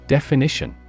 Definition